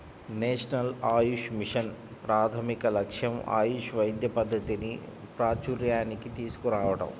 national Ayush mission ప్రాథమిక లక్ష్యం ఆయుష్ వైద్య పద్ధతిని ప్రాచూర్యానికి తీసుకురావటం